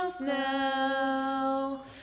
now